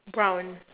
brown